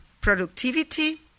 productivity